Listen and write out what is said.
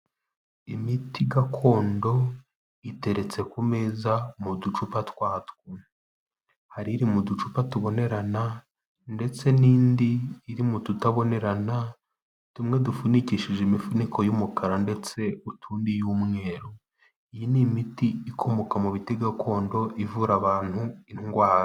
Imiti gakondo iteretse ku meza mu ducupa twatwo. Hari iri mu ducupa tubonerana ndetse n'indi iri mu tutabonerana, tumwe dufunikishije imifuniko y'umukara ndetse utundi iy'umweru. Iyi ni imiti ikomoka mu biti gakondo ivura abantu indwara.